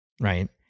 right